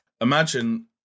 imagine